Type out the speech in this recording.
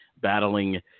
battling